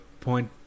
point